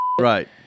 right